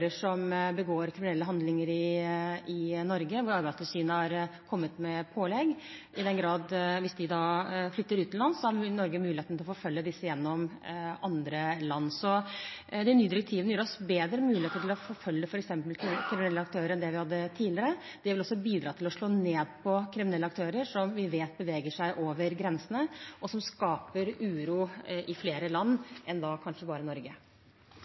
aktører som begår kriminelle handlinger i Norge, der Arbeidstilsynet har kommet med pålegg. Hvis de da flytter utenlands, har Norge muligheten til å forfølge disse gjennom andre land. De nye direktivene gir oss bedre muligheter til å forfølge f.eks. kriminelle aktører enn det vi hadde tidligere. Det vil også bidra til å slå ned på kriminelle aktører som vi vet beveger seg over grensene, og som skaper uro i flere land enn kanskje bare Norge.